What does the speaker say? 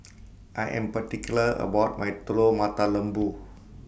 I Am particular about My Telur Mata Lembu